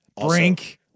Brink